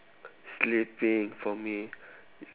sleeping for me